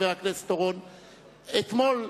אתמול,